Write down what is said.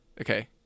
Okay